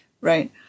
Right